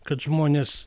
kad žmonės